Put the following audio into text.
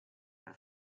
per